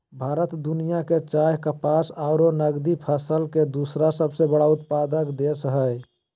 भारत दुनिया के चाय, कपास आरो नगदी फसल के दूसरा सबसे बड़ा उत्पादक देश हई